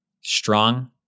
strong